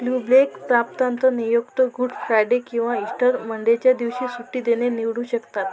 ल्यूबलेक प्रांतात नियुक्त Good Friday किंवा इस्टर मंडेच्या दिवशी सुट्टी देणे निवडू शकतात